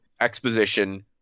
exposition